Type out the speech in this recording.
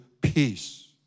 peace